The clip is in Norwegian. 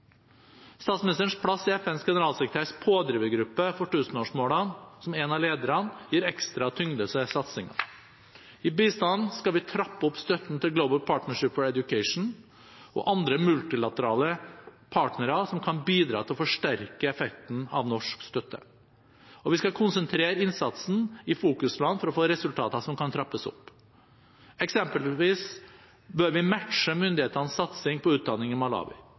Statsministerens plass i FNs generalsekretærs pådrivergruppe for tusenårsmålene, som en av lederne, gir ekstra tyngde til denne satsingen. I bistanden skal vi trappe opp støtten til Global Partnership for Education og andre multilaterale partnere som kan bidra til å forsterke effekten av norsk støtte. Og vi skal konsentrere innsatsen i fokusland for å få resultater som kan trappes opp. Eksempelvis bør vi matche myndighetenes satsing på